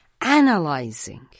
analyzing